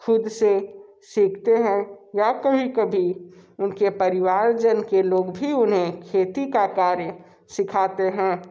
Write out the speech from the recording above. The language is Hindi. ख़ुद से सीखते हैं या कभी कभी उनके परिवारजन के लोग भी उन्हें खेती का कार्य सिखाते हैं